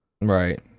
Right